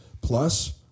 plus